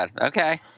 Okay